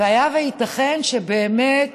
ייתכן, באמת,